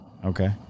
Okay